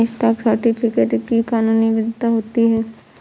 stock certificate की कानूनी वैधता होती है